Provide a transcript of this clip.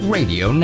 Radio